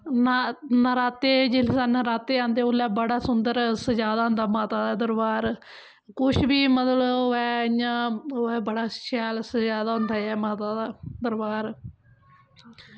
न नराते जिसलै आंदे उसलै बड़ा सुंदर सजाए दा होंदा माता दा दरबार कुछ बी मतलब ऐ इयां ओह् ऐ बड़ा शैल सजाए दा होंदा ऐ माता दा दरबार